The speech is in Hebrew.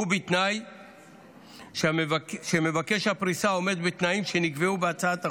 ובתנאי שמבקש הפריסה עומד בתנאים שנקבעו בהצעת החוק.